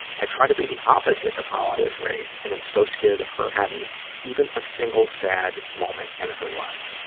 i try to be the opposite of how i was raised and i'm so scared of her having even a single sad moment in her life.